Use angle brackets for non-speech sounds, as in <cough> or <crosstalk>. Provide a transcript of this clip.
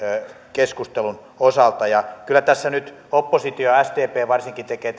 keskustelun osalta kyllä tässä nyt oppositio sdp varsinkin tekee <unintelligible>